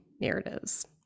narratives